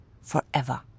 forever